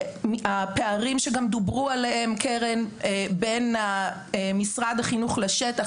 הפערים שגם דוברו עליהם בין משרד החינוך לשטח,